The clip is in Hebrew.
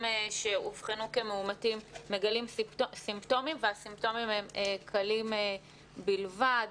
שאובחנו כמאומתים מגלים סימפטומים והסימפטומים הם קלים בלבד.